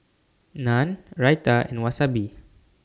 Naan Raita and Wasabi